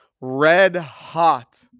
red-hot